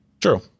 True